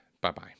Bye-bye